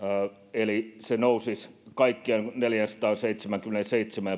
eli se nousisi kaikkiaan neljäänsataanseitsemäänkymmeneenseitsemään